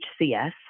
HCS